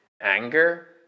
anger